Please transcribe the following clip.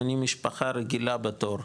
אם אני משפחה רגילה בתור,